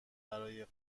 برای